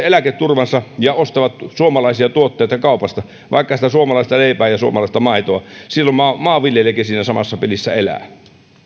eläketurvansa ja ostavat suomalaisia tuotteita kaupasta vaikka sitä suomalaista leipää ja suomalaista maitoa silloin maanviljelijäkin siinä samassa pelissä elää